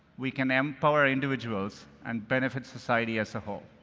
we can empower individuals and benefit society as a whole.